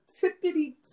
tippity